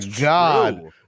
God